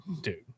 Dude